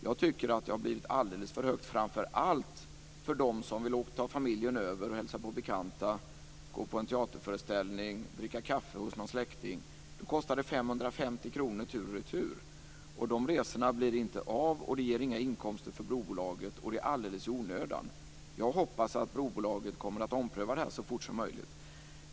Jag tycker att det har blivit alldeles för högt, framför allt för dem som vill ta familjen med över och hälsa på bekanta, gå på en teaterföreställning eller dricka kaffe hos en släkting. Då kostar det 550 kr tur och retur. De resorna blir inte av vilket inte ger några inkomster för brobolaget, och detta alldeles i onödan. Jag hoppas att brobolaget kommer att ompröva det här så fort som möjligt.